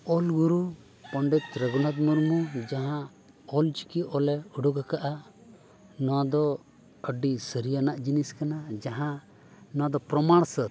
ᱚᱞᱜᱩᱨᱩ ᱯᱚᱸᱰᱤᱛ ᱨᱚᱜᱷᱩᱱᱟᱛᱷ ᱢᱩᱨᱢᱩ ᱡᱟᱦᱟᱸ ᱚᱞᱪᱤᱠᱤ ᱚᱞᱮ ᱩᱰᱩᱠ ᱟᱠᱟᱫᱟ ᱱᱚᱣᱟᱫᱚ ᱟᱹᱰᱤ ᱥᱟᱹᱨᱤᱭᱟᱱᱟᱜ ᱡᱤᱱᱤᱥ ᱠᱟᱱᱟ ᱡᱟᱦᱟᱸ ᱱᱚᱣᱟ ᱫᱚ ᱯᱨᱚᱢᱟᱬ ᱥᱟᱹᱛ